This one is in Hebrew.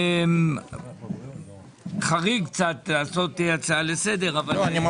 זה קצת חריג להציע הצעה לסדר, אבל בבקשה.